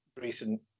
recent